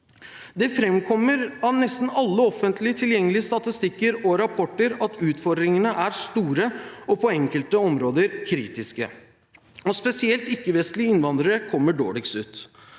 Det framkommer av nesten all offentlig tilgjengelig statistikk og rapporter at utfordringene er store og på enkelte områder kritiske. Spesielt ikke-vestlige innvandrere kommer dårlig ut.